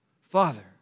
Father